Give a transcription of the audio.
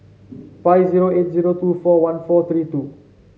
five zero eight zero two four one four three two